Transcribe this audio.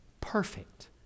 perfect